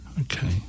okay